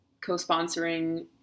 co-sponsoring